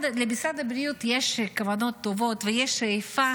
למשרד הבריאות יש כוונות טובות ויש שאיפה